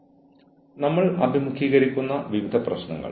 ഞാൻ ആ പദം ഉപയോഗിക്കുകയാണെങ്കിൽ വളരെ സെൻസിറ്റീവായ ഒരു പ്രശ്നം